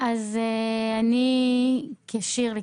אני כשירלי,